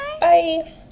Bye